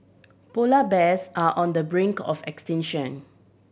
polar bears are on the brink of extinction